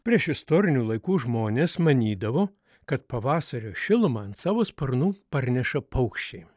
priešistorinių laikų žmonės manydavo kad pavasario šilumą ant savo sparnų parneša paukščiai